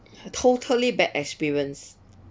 totally bad experience